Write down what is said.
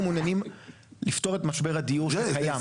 אנחנו מעוניינים לפתור את משבר הדיור שקיים.